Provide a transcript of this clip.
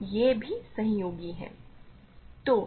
तो ये भी सहयोगी हैं